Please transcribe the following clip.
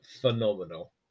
phenomenal